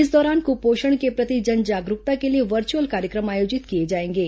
इस दौरान कुपोषण के प्रति जन जागरूकता के लिए वर्चुअल कार्यक्रम आयोजित किए जाएंगे